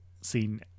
seen